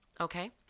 okay